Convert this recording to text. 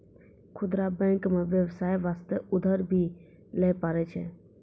खुदरा बैंक मे बेबसाय बास्ते उधर भी लै पारै छै